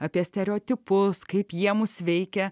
apie stereotipus kaip jie mus veikia